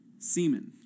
Semen